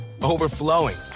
overflowing